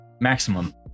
maximum